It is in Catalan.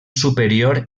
superior